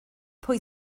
pwy